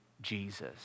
Jesus